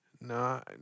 no